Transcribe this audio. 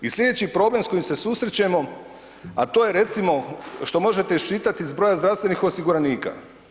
I sljedeći problem s kojim se susrećemo, a to je recimo što možete iščitati iz broja zdravstvenih osiguranika.